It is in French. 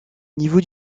niveau